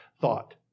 thought